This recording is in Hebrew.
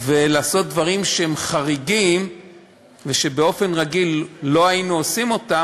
ולעשות דברים שהם חריגים ושבאופן רגיל לא היינו עושים אותם.